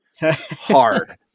hard